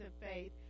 faith